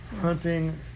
hunting